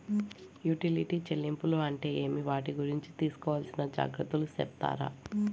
Utility చెల్లింపులు అంటే ఏమి? వాటి గురించి తీసుకోవాల్సిన జాగ్రత్తలు సెప్తారా?